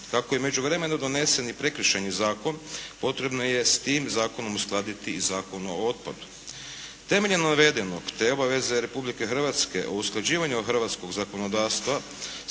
Kako je u međuvremenu donesen i Prekršajni zakon potrebno je s tim zakonom uskladiti i Zakon o otpadu. Temeljem navedenog, te obaveze Republike Hrvatske o usklađivanju hrvatskog zakonodavstva